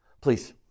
Please